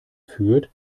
führt